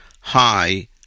High